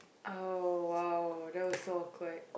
oh !wow! that was so awkward